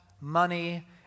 money